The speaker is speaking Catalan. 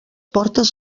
portes